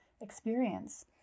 experience